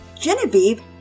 Genevieve